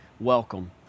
Welcome